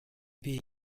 wir